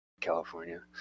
California